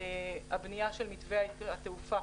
הבנייה של מתווה התעופה,